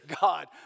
God